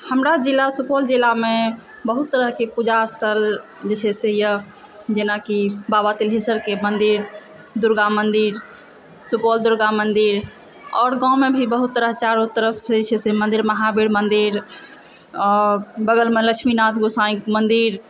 हमरा जिला सुपौल जिलामे बहुत तरहके पूजा स्थल जे छै से यऽ जेनाकि बाबा तिल्हेश्वरके मन्दिर दुर्गा मन्दिर सुपौल दुर्गा मन्दिर आओर गाँवमे भी बहुत तरह चारू तरफ जे छै से महावीर मन्दिर आओर बगलमे लक्ष्मीनाथ गोसाईंक मन्दिर